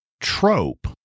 trope